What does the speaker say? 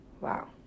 Wow